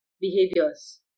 behaviors